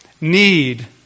need